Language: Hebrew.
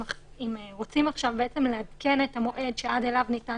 אם רוצים לעדכן את המועד שעד אליו ניתן